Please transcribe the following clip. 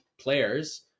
players